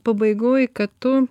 pabaigoj kad tu